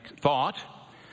thought